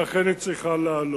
שאכן היא צריכה לעלות.